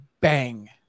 bang